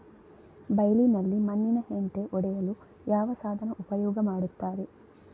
ಬೈಲಿನಲ್ಲಿ ಮಣ್ಣಿನ ಹೆಂಟೆ ಒಡೆಯಲು ಯಾವ ಸಾಧನ ಉಪಯೋಗ ಮಾಡುತ್ತಾರೆ?